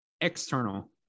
external